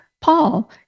Paul